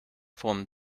from